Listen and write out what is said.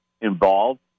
involved